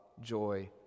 joy